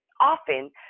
often